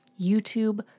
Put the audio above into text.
YouTube